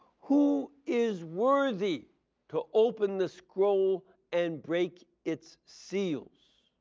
who is worthy to open the scroll and break its seals?